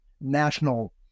national